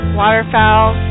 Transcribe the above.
waterfowl